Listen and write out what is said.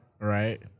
Right